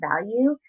value